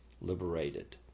liberated